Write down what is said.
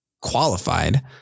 qualified